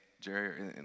Jerry